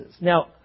Now